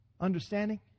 understanding